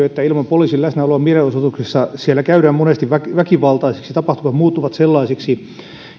että ilman poliisin läsnäoloa mielenosoituksissa käydään monesti väkivaltaisiksi ja tapahtumat muuttuvat sellaisiksi